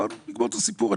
נגמור את הסיפור.